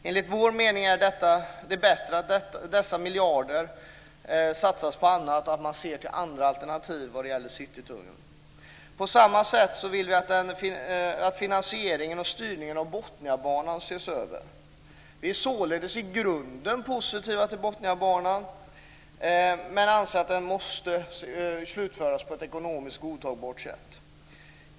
Enligt vår mening är det bättre att dessa miljarder satsas på andra alternativ till Citytunneln. På samma sätt vill vi att finansieringen och styrningen av Botniabanan ses över. Vi är således i grunden positiva till Botniabanan, men vi anser att den måste slutföras på ett ekonomiskt godtagbart sätt.